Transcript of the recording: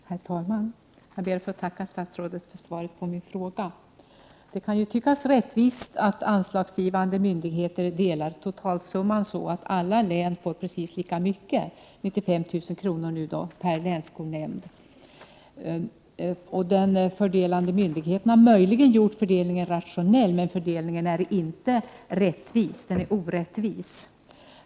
Herr talman! Jag ber att få tacka statsrådet för svaret på min fråga. Det kan ju tyckas rättvist att anslagsgivande myndigheter delar totalsumman så att alla län får precis lika mycket, dvs. 95 000 kr. per länsskolnämnd. Den fördelande myndigheten har möjligen gjort fördelningen rationell, men fördelningen är inte rättvis. Den är orättvis.